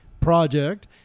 project